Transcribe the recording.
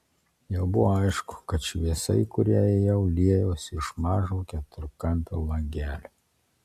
jau buvo aišku kad šviesa į kurią ėjau liejosi iš mažo keturkampio langelio